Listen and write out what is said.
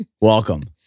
Welcome